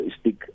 stick